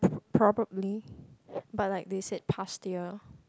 probably but like they said past year